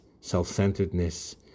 self-centeredness